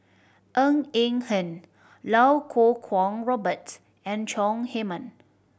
Ng Eng Hen Iau Kuo Kwong Robert and Chong Heman